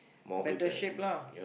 better shape lah